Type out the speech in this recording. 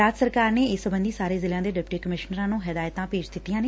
ਰਾਜ ਸਰਕਾਰ ਨੇ ਇਸ ਸਬੰਧੀ ਸਾਰੇ ਜ਼ਿਲ੍ਹਿਆਂ ਦੇ ਡਿਪਟੀ ਕਮਿਸ਼ਨਰਾਂ ਨੰ ਹਦਾਇਤਾਂ ਭੇਜ ਦਿੱਤੀਆਂ ਨੇ